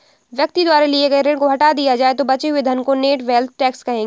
व्यक्ति द्वारा लिए गए ऋण को हटा दिया जाए तो बचे हुए धन को नेट वेल्थ टैक्स कहेंगे